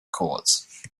courts